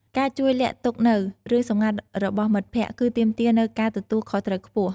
ការជួយលាក់ទុកនូវរឿងសម្ងាត់របស់មិត្តភក្តិ គឺទាមទារនូវការទទួលខុសត្រូវខ្ពស់។